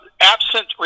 absent